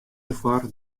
derfoar